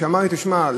שאמר לי: תשמע,